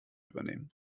übernehmen